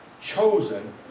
chosen